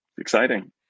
Exciting